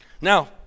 Now